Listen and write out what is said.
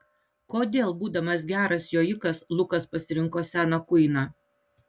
kodėl būdamas geras jojikas lukas pasirinko seną kuiną